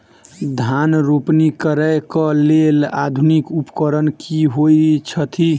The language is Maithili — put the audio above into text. धान रोपनी करै कऽ लेल आधुनिक उपकरण की होइ छथि?